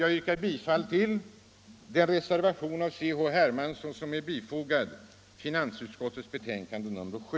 Jag yrkar bifall till den reservation av herr Hermansson som är fogad till finansutskottets betänkande nr 7.